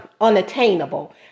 unattainable